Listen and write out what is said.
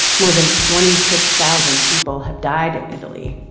more than twenty six thousand people have died in italy.